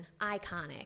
Iconic